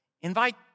invite